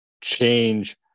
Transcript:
change